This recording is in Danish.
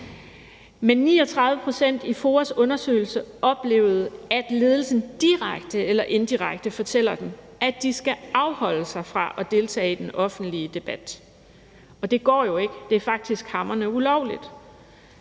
Men 39 pct. i FOA's undersøgelse har oplevet, at ledelsen direkte eller indirekte fortæller dem, at de skal afholde sig fra at deltage i den offentlige debat, og det går jo ikke; det er faktisk hamrende ulovligt.